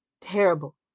terrible